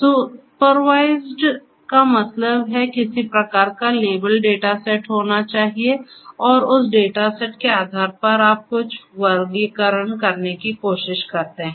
तो सुपरवाइज्ड का मतलब है कि किसी प्रकार का लेबल डेटा सेट होना चाहिए और उस डेटा सेट के आधार पर आप कुछ वर्गीकरण करने की कोशिश करते हैं